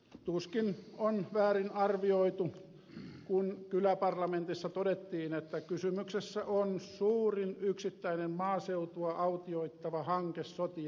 tuskin on väärin arvioitu kun kyläparlamentissa todettiin että kysymyksessä on suurin yksittäinen maaseutua autioittava hanke sotiemme jälkeen